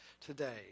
today